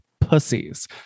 pussies